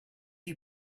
you